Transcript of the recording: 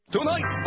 Tonight